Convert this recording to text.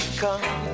come